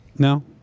No